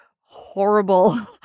horrible